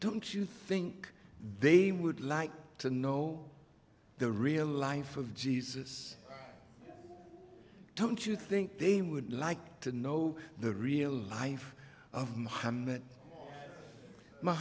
don't you think they would like to know the real life of jesus don't you think they would like to know the real life of